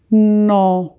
ਨੌਂ